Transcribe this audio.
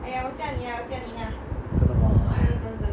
真的吗